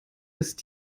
ist